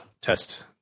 test